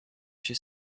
she